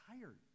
tired